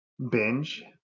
Binge